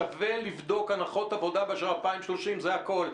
ולכן ב-2020 שווה לבדוק הנחות עבודה של 2030. זה הכול.